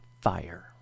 fire